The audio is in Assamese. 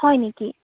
হয় নেকি